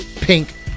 Pink